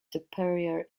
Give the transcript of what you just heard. superior